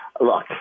look